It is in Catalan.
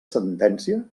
sentència